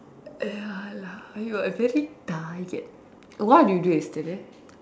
ya lah !aiyo! I very tired what did you do yesterday